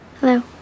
Hello